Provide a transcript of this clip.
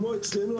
כמו אצלנו,